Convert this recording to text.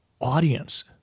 audience